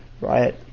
Right